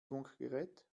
funkgerät